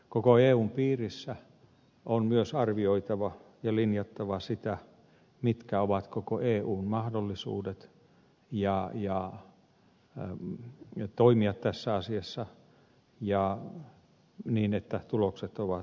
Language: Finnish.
koko eun piirissä on myös arvioitava ja linjattava sitä mitkä ovat koko eun mahdollisuudet toimia tässä asiassa niin että tulokset ovat mahdollisimman hyviä